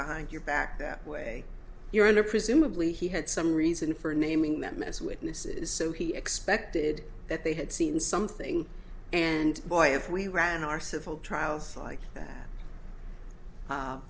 behind your back that way your honor presumably he had some reason for naming them as witnesses so he expected that they had seen something and boy if we ran our civil trials like that